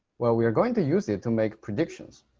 well we are going to use it to make predictions.